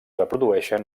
reprodueixen